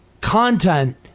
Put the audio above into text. content